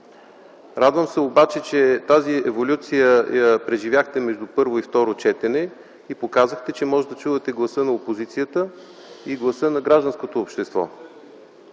Радвам се обаче, че тази еволюция я преживяхте между първо и второ четене и показахте, че можете да чувате гласа на опозицията и гласа на гражданското общество.